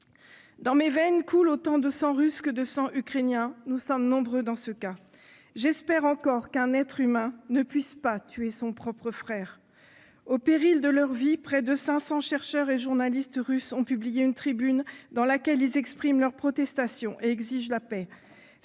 Dans mes veines coule autant de sang russe que de sang ukrainien. Nous sommes nombreux dans ce cas. J'espère encore qu'un être humain ne puisse pas tuer son propre frère. Au péril de leur vie, près de 500 chercheurs et journalistes russes ont publié une tribune dans laquelle ils expriment leur protestation et exigent la paix.